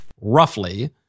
roughly